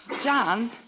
John